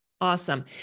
Awesome